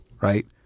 right